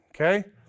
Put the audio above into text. Okay